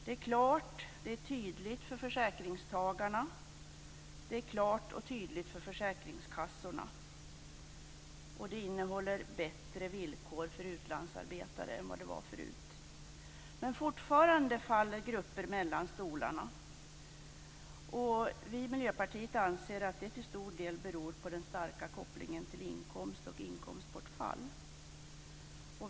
Det nya förslaget är klart och tydligt för försäkringstagarna, klart och tydligt för försäkringskassorna, och det innehåller bättre villkor för utlandsarbetare än förut. Men fortfarande faller grupper mellan stolarna. Vi i Miljöpartiet anser att det till stor del beror på den starka kopplingen till inkomst och inkomstbortfall.